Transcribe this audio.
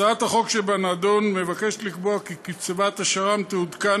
הצעת החוק שבנדון מבקשת לקבוע כי קצבת השר"מ תעודכן